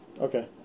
Okay